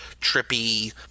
trippy